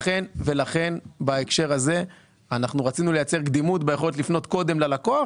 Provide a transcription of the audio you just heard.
לכן בהקשר הזה רצינו לייצר קדימות ביכולת לפנות קודם ללקוח,